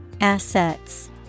Assets